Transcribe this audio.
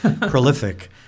prolific